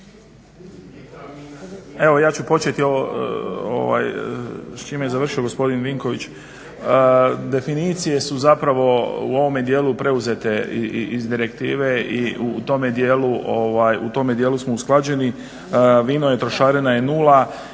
Evo ja ču početi s čime je završio gospodin Vinković. Definicije su zapravo u ovom dijelu preuzete iz direktive i tome dijelu smo usklađeni. Vino je, trošarina je nula